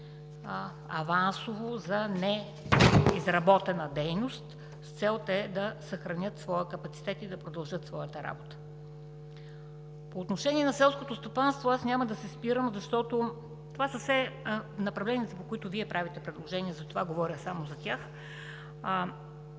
авансово, за неизработена дейност с цел те да съхранят своя капацитет и да продължат своята работа. По отношение на селското стопанство. Няма да се спирам, защото това са все направленията, по които Вие правите предложения, затова говоря само за тях.